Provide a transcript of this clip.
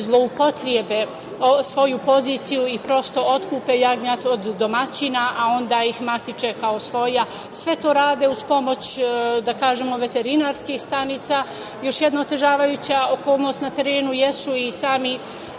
zloupotrebe svoju poziciju i prosto otkupe jagnjad od domaćina, a onda ih matiče kao svoja. Sve to rade uz pomoć, da kažemo, veterinarskih stanica. Još jedna otežavajuća okolnost na terenu jesu i sami